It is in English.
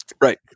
right